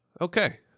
okay